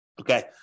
Okay